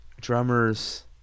Drummers